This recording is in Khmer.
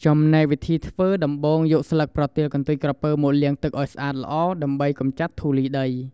ចំណែកវិធីធ្វើ ដំបូងយកស្លឹកប្រទាលកន្ទុយក្រពើមកលាងទឹកឲ្យស្អាតល្អ ដើម្បីកម្ចាត់ធូលីដី។